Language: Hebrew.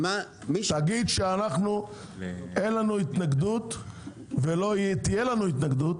תגיד שאין לנו התנגדות ולא תהיה לנו התנגדות